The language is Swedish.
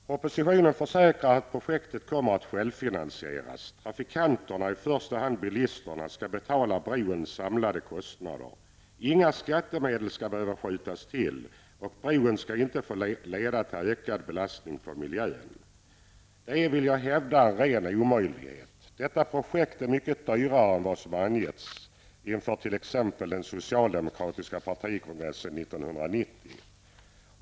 Propositionen försäkrar att projektet kommer att självfinansieras. Trafikanterna, i första hand bilisterna, skall betala brons samlade kostnader. Inga skattemedel skall behöva skjutas till. Och bron skall inte få leda till ökad belastning på miljön. Det är, vill jag hävda, en ren omöjlighet. Detta projekt är mycket dyrare än vad som angetts inför t.ex. den socialdemokratiska partikongressen 1990.